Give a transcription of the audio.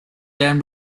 then